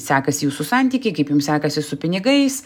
sekasi jūsų santykiai kaip jums sekasi su pinigais